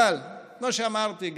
כמו שאמרתי,